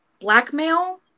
blackmail